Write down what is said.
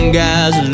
guys